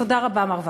תודה רבה, מר וקנין.